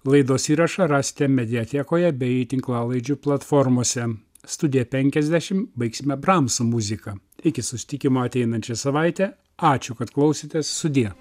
laidos įrašą rasite mediatekoje bei tinklalaidžių platformose studiją penkiasdešimt baigsime bramso muzika iki susitikimo ateinančią savaitę ačiū kad klausėtės sudie